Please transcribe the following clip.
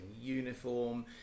uniform